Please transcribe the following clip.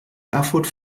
erfurt